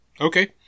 Okay